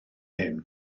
hyn